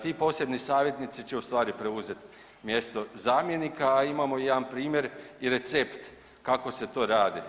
Ti posebni savjetnici će u stvari preuzet mjesto zamjenika, a imamo i jedan primjer i recept kako se to radi.